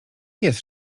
jest